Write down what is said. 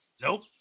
Nope